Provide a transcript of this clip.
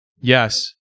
Yes